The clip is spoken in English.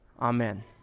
Amen